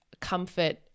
comfort